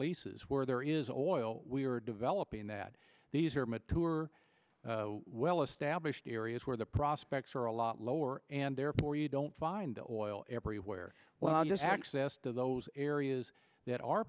leases where there is oil we are developing that these are mature well established areas where the prospects are a lot lower and therefore you don't find the oil everywhere well just access to those areas that are